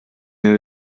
mir